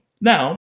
Now